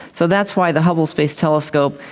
so that's why the hubble space telescope,